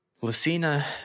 Lucina